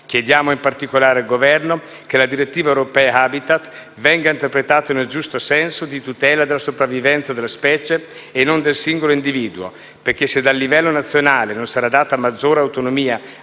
Chiediamo in particolare al Governo che la direttiva europea Habitat venga interpretata nel giusto senso di tutela della sopravvivenza della specie e non del singolo individuo, perché se dal livello nazionale non sarà data maggiore autonomia